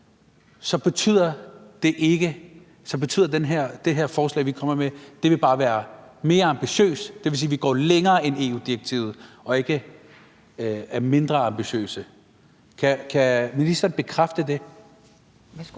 vil det forslag, vi kommer med, bare være mere ambitiøst. Det vil sige, at vi går længere end EU-direktivet og ikke er mindre ambitiøse. Kan ministeren bekræfte det?